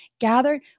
gathered